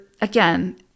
again